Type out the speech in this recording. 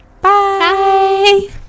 bye